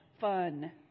fun